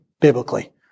biblically